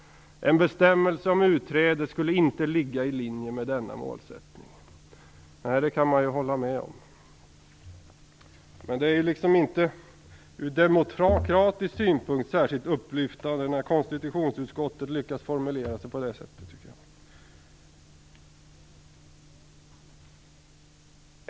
En bestämmelse om utträde skulle inte ligga i linje med denna målsättning." Nej, det kan man hålla med om. Men det är inte särskilt upplyftande ur demokratisk synpunkt, när konstitutionsutskottet lyckas formulera sig på det sättet.